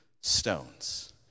stones